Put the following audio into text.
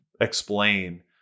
explain